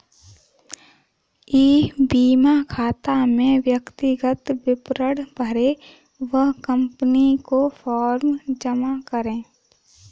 ई बीमा खाता में व्यक्तिगत विवरण भरें व कंपनी को फॉर्म जमा करें